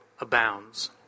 Abounds